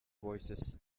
voices